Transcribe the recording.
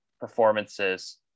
performances